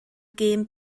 gêm